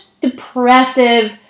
depressive